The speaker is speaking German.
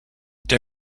der